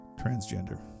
transgender